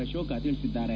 ಅಶೋಕ ತಿಳಿಸಿದ್ದಾರೆ